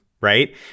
right